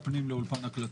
אולפן הקלטות.